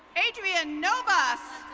adrian novas.